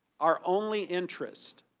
our only interest,